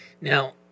Now